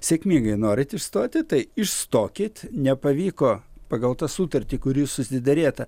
sėkmingai norit išstoti tai išstokit nepavyko pagal tą sutartį kuri susiderėta